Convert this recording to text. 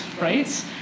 right